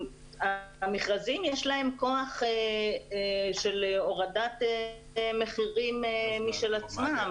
למכרזים יש כוח של הורדת מחירים משל עצמם.